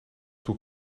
toe